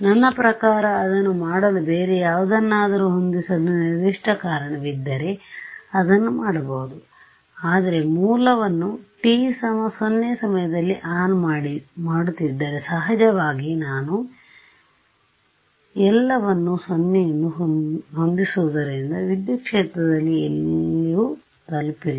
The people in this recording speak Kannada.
ನನ್ನ ಪ್ರಕಾರ ಅದನ್ನು ಮಾಡಲು ಬೇರೆ ಯಾವುದನ್ನಾದರೂ ಹೊಂದಿಸಲು ನಿರ್ದಿಷ್ಟ ಕಾರಣವಿದ್ದರೆ ಅದನ್ನು ಮಾಡಬಹುದು ಆದರೆ ಮೂಲವನ್ನು t 0 ಸಮಯದಲ್ಲಿ ಆನ್ ಮಾಡುತ್ತಿದ್ದರೆ ಸಹಜವಾಗಿನಾನು ಎಲ್ಲವನ್ನೂ 0 ಎಂದು ಹೊಂದಿಸುರುವುದರಿಂದ ವಿದ್ಯುತ್ ಕ್ಷೇತ್ರದಲ್ಲಿಎಲ್ಲಿಯೂ ತಲುಪಿಲ್ಲ